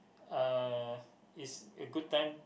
uh is a good time